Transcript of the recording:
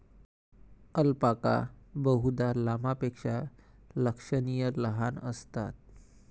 alpaca बहुधा लामापेक्षा लक्षणीय लहान असतात